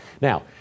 Now